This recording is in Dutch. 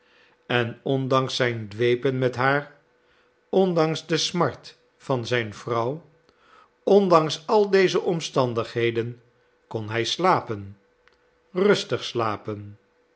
en ondanks zijn dwepen met haar ondanks de smart van zijn vrouw ondanks al deze omstandigheden kon hij slapen rustig slapen